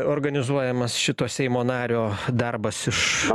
organizuojamas šito seimo nario darbas iš